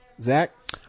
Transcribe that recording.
Zach